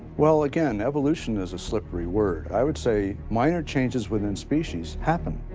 well, again, evolution is a slippery word. i would say minor changes within species happen.